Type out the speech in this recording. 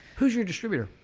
who's your distributor,